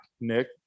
Nick